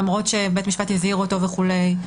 למרות שבית מהשפט הזהיר אותו וכו'.